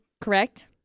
Correct